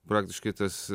praktiškai tas